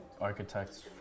architects